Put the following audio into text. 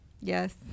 Yes